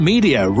Media